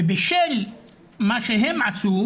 ובשל מה שהם עשו,